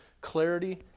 clarity